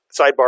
sidebar